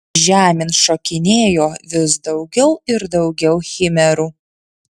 žemėn šokinėjo vis daugiau ir daugiau chimerų